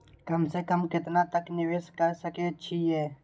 कम से कम केतना तक निवेश कर सके छी ए?